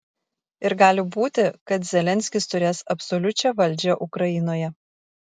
ir gali būti kad zelenskis turės absoliučią valdžią ukrainoje